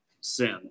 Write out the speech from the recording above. sin